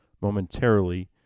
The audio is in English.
momentarily